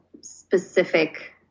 specific